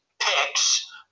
picks